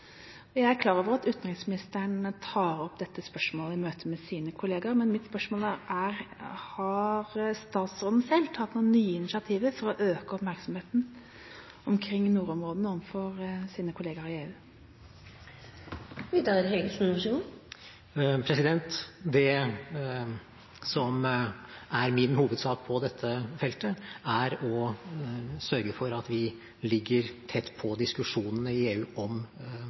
Jeg er klar over at utenriksministeren tar opp dette spørsmålet i møte med sine kollegaer, men mitt spørsmål er: Har statsråden selv tatt noen nye initiativ for å øke oppmerksomheten omkring nordområdene overfor sine kollegaer i EU? Det som er min hovedsak på dette feltet, er å sørge for at vi ligger tett på diskusjonene i EU om